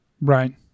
Right